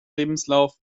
lebenslauf